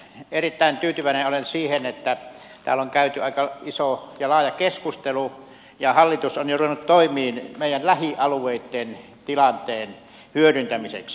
erittäin tyytyväinen olen siihen että täällä on käyty aika iso ja laaja keskustelu ja hallitus on jo ruvennut toimiin meidän lähialueittemme tilanteen hyödyntämiseksi